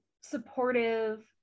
supportive